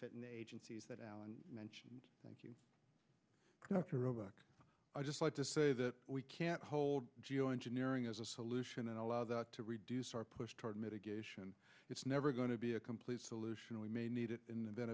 fit in agencies that allan mentioned thank you i just like to say that we can't hold geoengineering as a solution and allow that to reduce our push toward mitigation it's never going to be a complete solution we may need it in the event